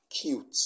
cute